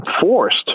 forced